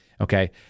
Okay